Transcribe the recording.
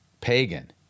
pagan